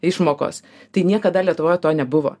išmokos tai niekada lietuvoj to nebuvo